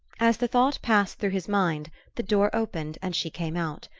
as the thought passed through his mind the door opened, and she came out.